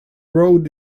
road